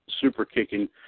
super-kicking